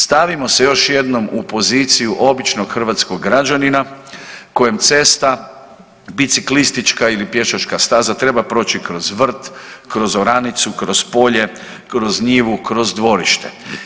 Stavimo se još jednom u poziciju običnog hrvatskog građanina kojem cesta, biciklistička ili pješačka staza treba proći kroz vrt, kroz oranicu, kroz polje, kroz njivu, kroz dvorište.